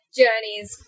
journeys